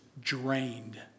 drained